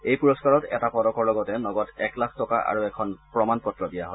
এই পুৰস্বাৰত এটা পদকৰ লগতে নগদ এক লাখ টকা আৰু এখন প্ৰমাণ পত্ৰ দিয়া হয়